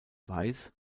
weiß